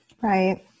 Right